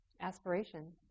aspiration